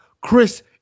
Chris